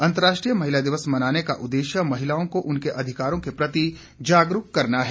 अंतर्राष्ट्रीय महिला दिवस मनाने का उददेश्य महिलाओं को उनके अधिकारों के प्रति जागरूक करना है